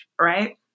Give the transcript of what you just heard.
right